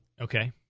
Okay